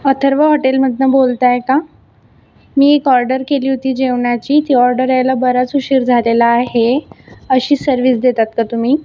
अर्थव हॉटेलमधून बोलताय का मी एक ऑर्डर केली होती जेवणाची ती ऑर्डर यायला बराच उशीर झालेला आहे अशी सर्विस देतात का तुम्ही